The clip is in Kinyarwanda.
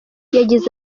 yagize